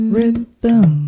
Rhythm